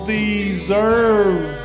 deserve